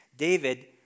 David